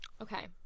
Okay